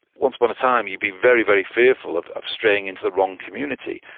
once upon a time you'd be very, very fearful of of straying into the wrong community.